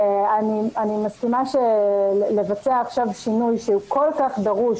אני מסכימה שלבצע עכשיו שינוי שהוא כל כך דרוש